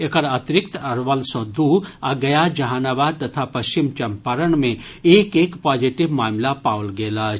एकर अतिरिक्त अरवल सँ दू आ गया जहानाबाद तथा पश्चिम चंपारण जिला मे एक एक पॉजिटिव मामिला पाओल गेल अछि